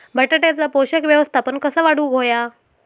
बटाट्याचा पोषक व्यवस्थापन कसा वाढवुक होया?